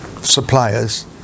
suppliers